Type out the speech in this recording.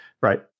right